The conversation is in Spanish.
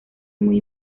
muy